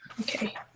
Okay